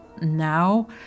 now